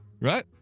Right